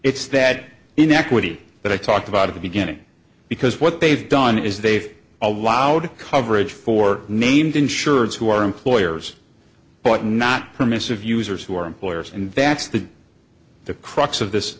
it's that inequity that i talked about of the beginning because what they've done is they've allowed coverage for named insurance who are employers but not permissive users who are employers and vats that the crux of this